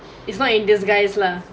it's not in disguise lah